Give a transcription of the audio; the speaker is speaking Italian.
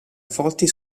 forti